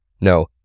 No